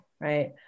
Right